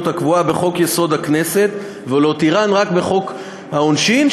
הקבועה בחוק-יסוד: הכנסת ולהותירה רק בחוק העונשין,